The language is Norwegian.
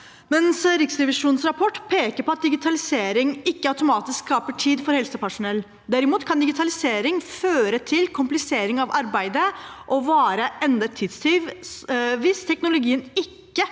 Riksrevisjonens rapport peker på at digitalisering ikke automatisk skaper tid for helsepersonell. Derimot kan digitalisering føre til komplisering av arbeidet og være enda en tidstyv hvis teknologien ikke